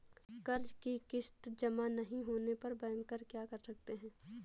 कर्ज कि किश्त जमा नहीं होने पर बैंकर क्या कर सकते हैं?